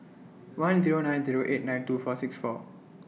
one Zero nine Zero eight nine two four six four